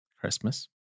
Christmas